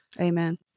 Amen